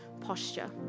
posture